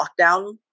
lockdown